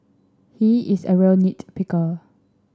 he is a real nit picker